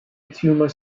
tumor